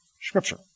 Scripture